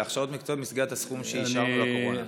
הכשרות מקצועיות במסגרת הסכום שאישרנו לקורונה.